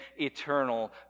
eternal